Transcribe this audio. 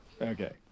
Okay